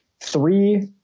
Three